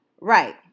Right